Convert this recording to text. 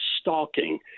stalking